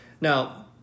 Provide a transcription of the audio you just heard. Now